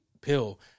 Pill